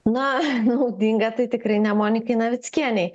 na naudinga tai tikrai ne monikai navickienei